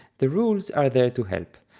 the rules are there to help,